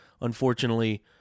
unfortunately